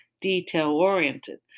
detail-oriented